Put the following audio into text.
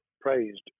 praised